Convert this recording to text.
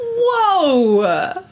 whoa